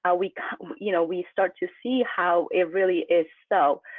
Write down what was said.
ah we you know, we start to see how it really is. so.